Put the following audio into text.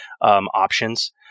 options